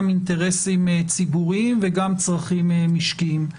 אינטרסים ציבוריים וגם צרכים משקיים.